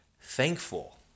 thankful